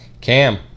Cam